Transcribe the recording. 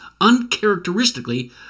uncharacteristically